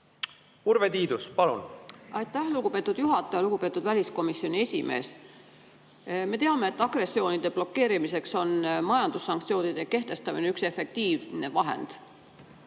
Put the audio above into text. tegelikult on? Aitäh, lugupeetud juhataja! Lugupeetud väliskomisjoni esimees! Me teame, et agressioonide blokeerimiseks on majandussanktsioonide kehtestamine üks efektiivne vahend.